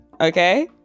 okay